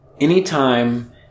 Anytime